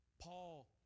Paul